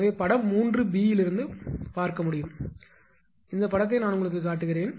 எனவே படம் 3 பி இலிருந்து பார்க்க முடியும் இந்த உருவத்தை நான் உங்களுக்குக் காட்டினேன்